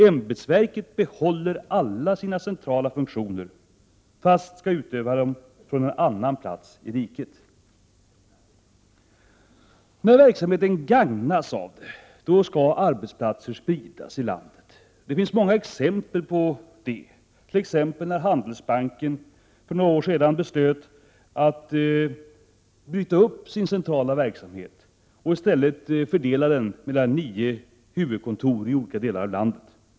Ämbetsverket behåller alla sina centrala funktioner fastän det flyttas till en annan plats i riket. När verksamheten gagnas av det, skall arbetsplatser spridas i landet. Det finns många exempel på det, t.ex. när Handelsbanken för några år sedan beslöt att bryta upp sin centrala verksamhet och i stället fördela den mellan nio huvudkontor i olika delar av landet.